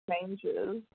changes